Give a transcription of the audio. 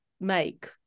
make